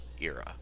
era